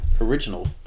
original